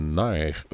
naar